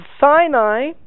Sinai